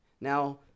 Now